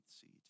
seat